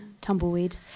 Tumbleweed